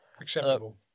acceptable